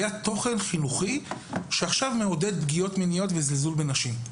היה מועבר תוכן שמתיר פגיעות מיניות ופגיעה בנשים?